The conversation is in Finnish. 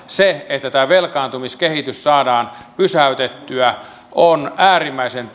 se että tämä velkaantumiskehitys saadaan pysäytettyä on äärimmäisen